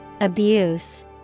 Abuse